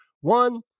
one